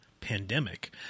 pandemic